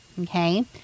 Okay